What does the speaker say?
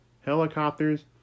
helicopters